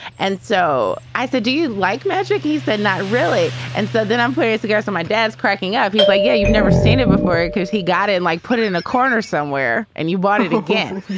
and so i said, do you like magic? he's that. not really. and so then i'm putting it together. so my dad's cracking up. he's like, yeah, you've never seen it before. because he got it. and like, put it in a corner somewhere and you want it again.